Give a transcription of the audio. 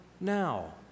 now